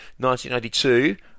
1992